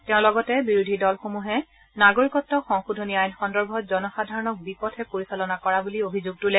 তেওঁ লগতে বিৰোধী দলসমূহে নাগৰিকত্ব সংশোধনী আইন সন্দৰ্ভত জনসাধাৰণক বিপথে পৰিচালনা কৰা বুলি অভিযোগ তোলে